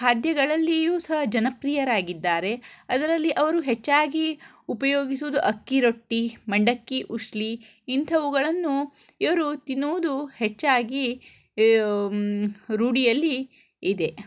ಖಾದ್ಯಗಳಲ್ಲಿಯೂ ಸಹ ಜನಪ್ರಿಯರಾಗಿದ್ದಾರೆ ಅದರಲ್ಲಿ ಅವರು ಹೆಚ್ಚಾಗಿ ಉಪಯೋಗಿಸುವುದು ಅಕ್ಕಿ ರೊಟ್ಟಿ ಮಂಡಕ್ಕಿ ಉಶ್ಲಿ ಇಂಥವುಗಳನ್ನು ಇವರು ತಿನ್ನುವುದು ಹೆಚ್ಚಾಗಿ ರೂಢಿಯಲ್ಲಿ ಇದೆ